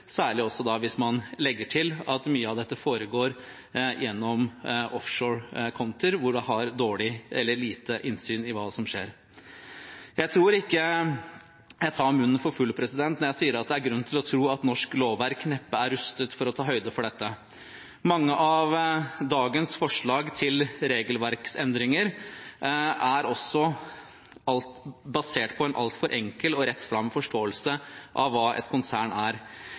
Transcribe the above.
hvis man legger til at mye av dette foregår gjennom offshorekontoer, hvor man har dårlig eller lite innsyn i hva som skjer. Jeg tror ikke jeg tar munnen for full når jeg sier at det er grunn til å tro at norsk lovverk neppe er rustet for å ta høyde for dette. Mange av dagens forslag til regelverksendringer er også basert på en altfor enkelt og rett fram forståelse av hva et konsern er.